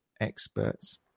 experts